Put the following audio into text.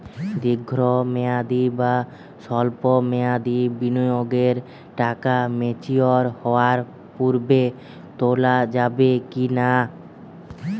দীর্ঘ মেয়াদি বা সল্প মেয়াদি বিনিয়োগের টাকা ম্যাচিওর হওয়ার পূর্বে তোলা যাবে কি না?